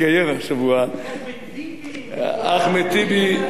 חירבת, נהיית בלשן.